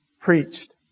preached